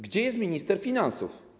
Gdzie jest minister finansów?